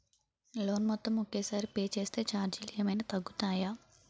Loan మొత్తం ఒకే సారి పే చేస్తే ఛార్జీలు ఏమైనా తగ్గుతాయా?